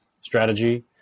strategy